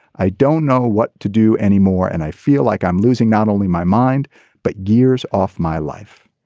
i don't know what to do anymore and i feel like i'm losing not only my mind but years off my life